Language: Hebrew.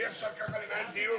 אי אפשר ככה לנהל דיון.